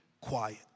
quiet